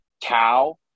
cow